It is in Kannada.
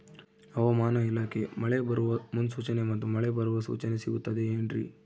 ಹವಮಾನ ಇಲಾಖೆ ಮಳೆ ಬರುವ ಮುನ್ಸೂಚನೆ ಮತ್ತು ಮಳೆ ಬರುವ ಸೂಚನೆ ಸಿಗುತ್ತದೆ ಏನ್ರಿ?